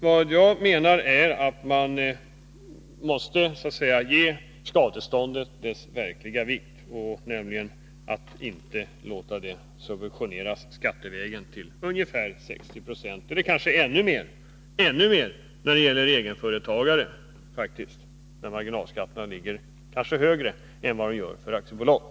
Vad jag menar är att skadestånden måste ha sin verkliga vikt och inte skall subventioneras skattevägen till ungefär 60 96 — eller kanske ännu mera när det gäller egenföretagare, där marginalskatterna kanske ligger högre än för aktiebolag.